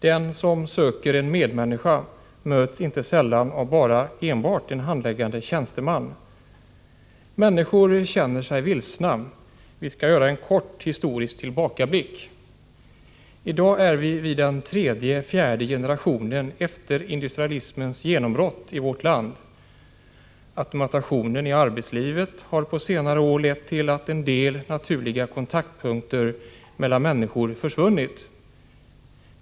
Den som söker en ”medmänniska” möts inte sällan av enbart en ”handläggande tjänsteman”. Människor känner sig vilsna! Vi skall göra en kort historisk tillbakablick. I dag är vi vid den tredje-fjärde generationen efter industrialismens genombrott i vårt land. Automationen i arbetslivet har på senare år lett till att en del naturliga kontaktpunkter mellan människor försvunnit.